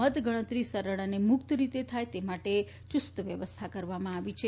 મતગણતરી સરળ અને મુક્ત રીતે થાય તે માટે યૂસ્ત વ્યવસ્થા કરવામાં આવી છે